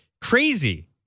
crazy